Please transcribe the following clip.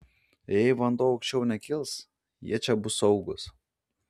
jei vanduo aukščiau nekils jie čia bus saugūs